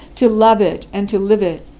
to love it, and to live it.